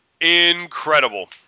incredible